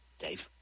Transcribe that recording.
Dave